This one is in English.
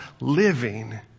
living